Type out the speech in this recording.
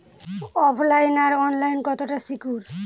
ওফ line আর online কতটা secure?